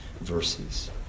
verses